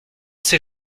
ces